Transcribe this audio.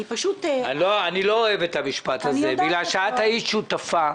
אני לא אוהב את המשפט הזה בגלל שאת היית שותפה,